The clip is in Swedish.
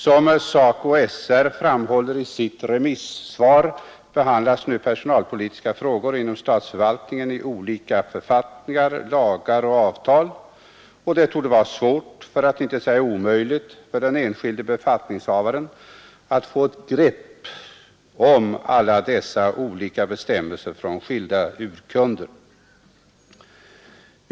Som SACO och SR framhåller i sitt remissvar behandlas nu personalpolitiska frågor inom statsförvaltningen i olika författningar, lagar och avtal. Det torde vara svårt, för att inte säga omöjligt, för den enskilde befattningshavaren att få grepp om alla dessa olika bestämmelser från skilda urkunder.